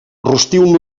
rostiu